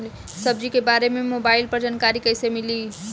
सब्जी के बारे मे मोबाइल पर जानकारी कईसे मिली?